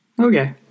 okay